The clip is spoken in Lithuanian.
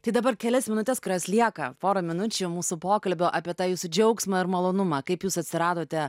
tai dabar kelias minutes kurios lieka porą minučių mūsų pokalbio apie tą jūsų džiaugsmą ir malonumą kaip jūs atsiradote